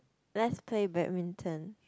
let's play badminton